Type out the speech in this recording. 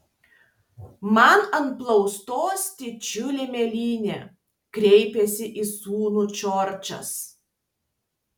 man ant blauzdos didžiulė mėlynė kreipėsi į sūnų džordžas